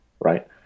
right